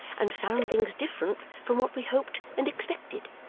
and found things different from what we hoped and expected